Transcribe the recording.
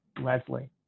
Leslie